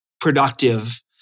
productive